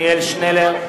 עתניאל שנלר,